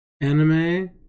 anime